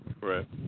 right